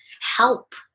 help